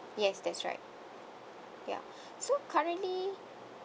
yes that's right ya so currently